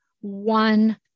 one